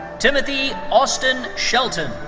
timothy austin shelton.